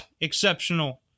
exceptional